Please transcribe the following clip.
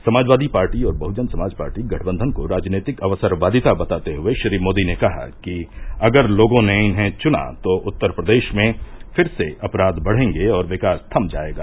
Samajwadi party और Bahujan Samaj party गठबंधन को राजनीतिक अवसरवादिता बताते हए श्री मोदी ने कहा कि अगर लोगों ने इन्हें चुना तो उत्तर प्रदेश में फिर से अपराध बढ़ेंगे और विकास थम जाएगा